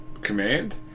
command